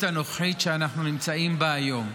הנוכחית שאנחנו נמצאים בה היום.